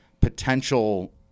potential